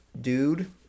Dude